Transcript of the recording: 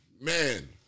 man